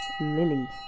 Lily